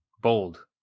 Bold